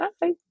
Bye